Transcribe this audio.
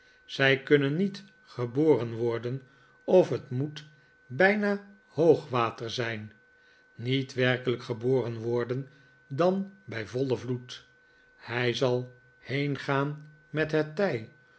zij kunnen niet geboren worden of het moet bijna hoog water zijn niet werkelijk geboren worden dan bij vollen vloed hij zal heengaan met het tij